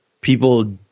people